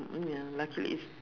ya luckily it's